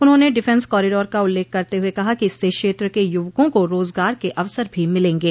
उन्होंने defence corridor का उल्लेख करते हुए कहा कि इससे क्षेत्र के युवकों को रोजगार के अवसर भो मिलेंगे